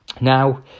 Now